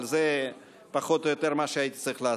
אבל זה פחות או יותר מה שהייתי צריך לעשות.